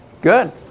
Good